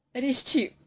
and it's cheap